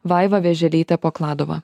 vaiva vėželytė pakladova